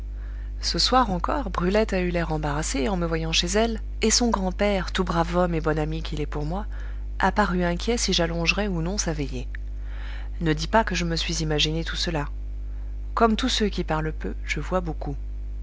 ce soir encore brulette a eu l'air embarrassé en me voyant chez elle et son grand-père tout brave homme et bon ami qu'il est pour moi a paru inquiet si j'allongerais ou non sa veillée ne dis pas que je me suis imaginé tout cela comme tous ceux qui parlent peu je vois beaucoup